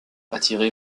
attiré